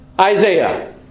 Isaiah